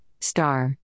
star